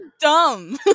dumb